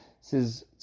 says